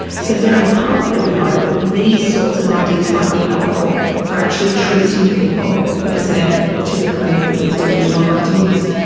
so down the path we hope that these sorts of ideas might be helpful for actually treating people who present to the clinic with these delusional ideas.